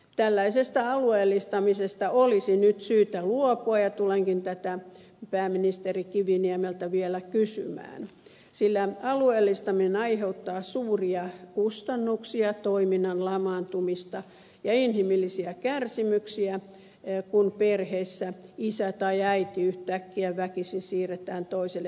tällaisesta alueellistamisesta olisi nyt syytä luopua ja tulenkin tätä pääministeri kiviniemeltä vielä kysymään sillä alueellistaminen aiheuttaa suuria kustannuksia toiminnan lamaantumista ja inhimillisiä kärsimyksiä kun perheissä isä tai äiti yhtäkkiä väkisin siirretään toiselle paikkakunnalle